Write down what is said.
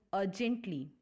urgently